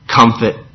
comfort